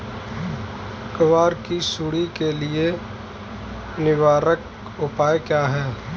ग्वार की सुंडी के लिए निवारक उपाय क्या है?